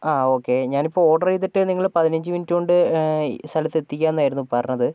ആ ഓക്കെ ഞാനിപ്പോൾ ഓർഡർ ചെയ്തിട്ട് നിങ്ങൾ പതിനഞ്ചു മിനിറ്റ് കൊണ്ട് സ്ഥലത്തെത്തിക്കാം എന്നായിരുന്നു പറഞ്ഞത്